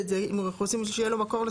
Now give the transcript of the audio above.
שונים,